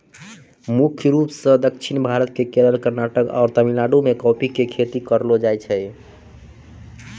मुख्य रूप सॅ दक्षिण भारत के केरल, कर्णाटक आरो तमिलनाडु मॅ कॉफी के खेती करलो जाय छै